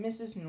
Mrs